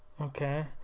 Okay